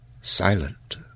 silent